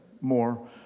more